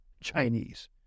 Chinese